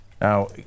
Now